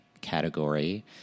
category